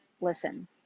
listen